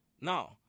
No